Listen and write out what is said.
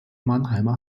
mannheimer